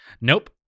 nope